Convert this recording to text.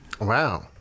Wow